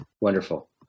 Wonderful